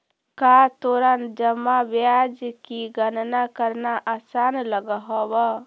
का तोरा जमा ब्याज की गणना करना आसान लगअ हवअ